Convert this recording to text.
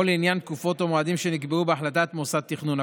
או לעניין תקופות או מועדים שנקבעו בהחלטת מוסד תכנון,